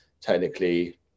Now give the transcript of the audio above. technically